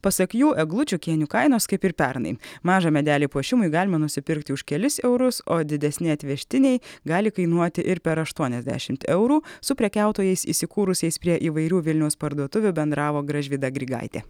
pasak jų eglučių kėnių kainos kaip ir pernai mažą medelį puošimui galima nusipirkti už kelis eurus o didesni atvežtiniai gali kainuoti ir per aštuoniasdešimt eurų su prekiautojais įsikūrusiais prie įvairių vilniaus parduotuvių bendravo gražvyda grigaitė